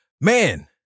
Man